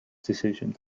decision